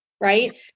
right